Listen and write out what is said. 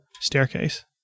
staircase